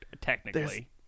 technically